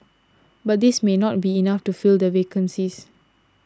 but this may not be enough to fill the vacancies